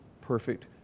perfect